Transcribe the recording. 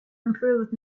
improved